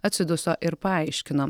atsiduso ir paaiškino